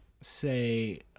say